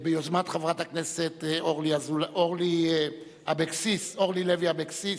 ביוזמת חברת הכנסת אורלי לוי אבקסיס,